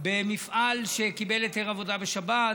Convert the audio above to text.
במפעל שקיבל היתר עבודה בשבת,